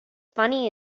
funny